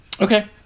Okay